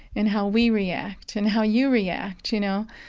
and how we react, and how you react, you know?